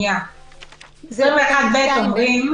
21 נמחק.